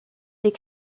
des